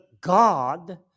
God